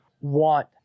want